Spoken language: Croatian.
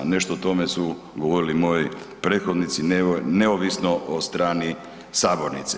Nešto o tome su govorili moji prethodnici, neovisno o strani sabornice.